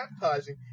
baptizing